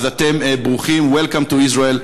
אז אתם ברוכים, Welcome to Israel,